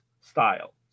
style